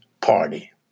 Party